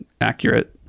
accurate